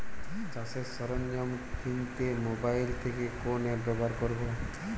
চাষের সরঞ্জাম কিনতে মোবাইল থেকে কোন অ্যাপ ব্যাবহার করব?